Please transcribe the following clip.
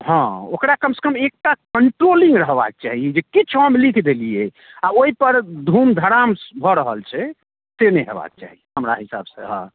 हँ ओकरा कमसँ कम एकटा कन्ट्रोलिंग रहबाक चाही जे किछु हम लिख देलियै आ ओहिपर धूम धड़ाम भऽ रहल छै से नहि होयबाक चाही हमरा हिसाबसँ हँ